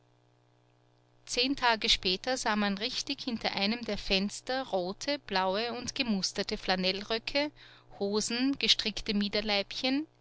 zehn tage später sah man richtig hinter einem der fenster rote blaue und gemusterte flanellröcke hosen gestrickte